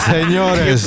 Señores